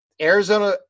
Arizona